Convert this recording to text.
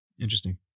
Interesting